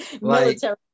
military